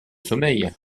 sommeil